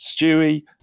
Stewie